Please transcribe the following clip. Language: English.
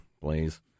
please